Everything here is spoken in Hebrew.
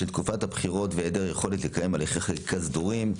בשל תקופת הבחירות והיעדר יכולת לקיים הליכי חקיקה סדורים,